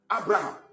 Abraham